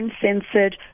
uncensored